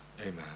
Amen